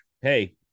Hey